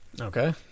Okay